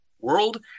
world